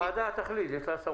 הוועדה תחליט, יש לה סמכות.